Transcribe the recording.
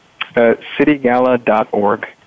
Citygala.org